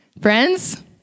Friends